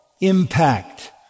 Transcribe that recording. impact